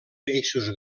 peixos